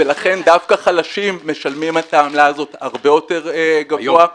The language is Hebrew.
ולכן דווקא חלשים משלמים את העמלה הזו הרבה יותר גבוה,